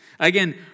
Again